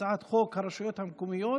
הצעת חוק הרשויות המקומיות